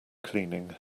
cleaning